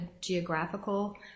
geographical